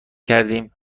کردیم